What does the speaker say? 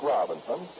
Robinson